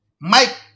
Mike